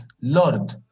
Lord